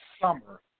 summer